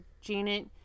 Janet